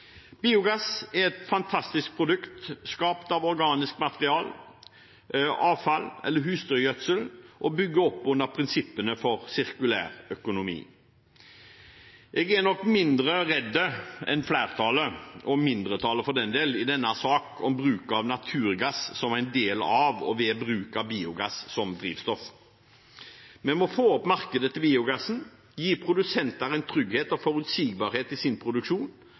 Biogass er et fantastisk produkt, skapt av organisk materiale, avfall eller husdyrgjødsel, og bygger opp under prinsippene for sirkulærøkonomi. Jeg er nok mindre redd enn flertallet – og mindretallet, for den del – i denne saken når det gjelder naturgass som en del av og ved bruk av biogass som drivstoff. Vi må få opp markedet for biogassen og gi produsentene trygghet og forutsigbarhet i sin produksjon.